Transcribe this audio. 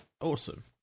Awesome